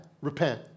repent